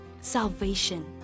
salvation